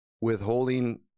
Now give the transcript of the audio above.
withholding